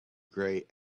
grey